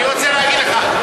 אני רוצה להגיד לך,